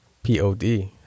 p-o-d